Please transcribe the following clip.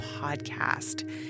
podcast